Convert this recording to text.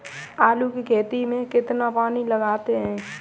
आलू की खेती में कितना पानी लगाते हैं?